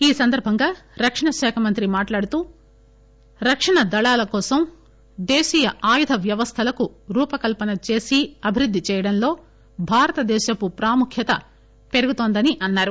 ఈ సందర్బంగా రక్షణ శాఖ మంత్రి మాట్టాడుతూ రక్షణ దళాల కోసం దేశీయ ఆయుధ వ్యవస్థలకు రూపకల్పన చేసి అభివృద్ది చేయడంలో భారతదేశపు ప్రాముఖ్యత పెరుగుతోందని అన్నారు